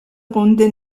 runde